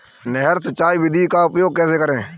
नहर सिंचाई विधि का उपयोग कैसे करें?